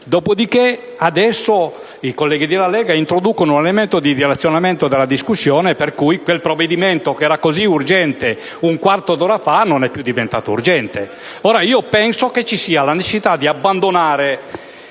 lavoro. Adesso i colleghi della Lega introducono un elemento di dilazione della discussione per cui quel provvedimento che era così urgente un quarto d'ora fa non lo è più. Penso sia